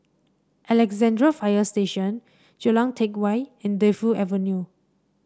Alexandra Fire Station Jalan Teck Whye and Defu Avenue